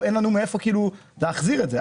אין לנו מאיפה להחזיר את זה.